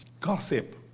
Gossip